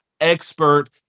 expert